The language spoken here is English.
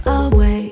away